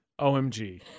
OMG